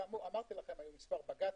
היו מספר בג"צים.